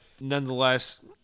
nonetheless